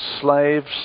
slaves